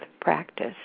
practice